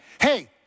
Hey